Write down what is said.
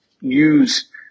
use